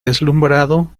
deslumbrado